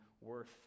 worth